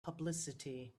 publicity